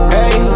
Hey